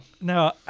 No